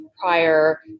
prior